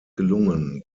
gelungen